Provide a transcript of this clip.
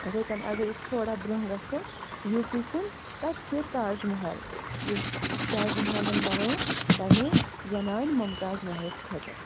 یِتھٕے کٔنۍ اگر أسۍ تھوڑا برٛونٛہہ گَژھو یوٗ پی کُن تتہِ چھِ تاج محل یُس شاہ جہانن بنٮ۪وو پَنٕنہِ زنانہِ ممتاز محلَس خٲطرٕ